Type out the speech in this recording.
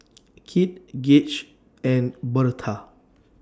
Kit Gauge and Birtha